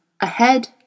ahead